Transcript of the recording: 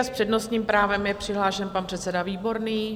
S přednostním právem je přihlášen pan předseda Výborný.